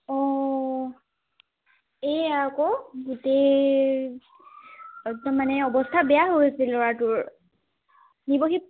অ' এইয়া আকৌ গোটেই একদম মানে অৱস্থা বেয়া হৈছে ল'ৰাটোৰ নিবহি